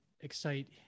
excite